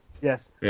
yes